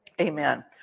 Amen